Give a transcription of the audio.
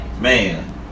Man